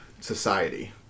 society